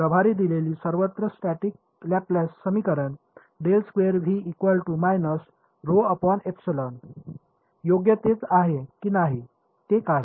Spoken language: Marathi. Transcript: प्रभारी दिलेली सर्वत्र स्टॅटीक्स लॅप्लेस समीकरण योग्य तेच आहे की नाही ते काधा